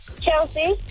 Chelsea